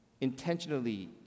Intentionally